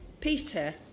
Peter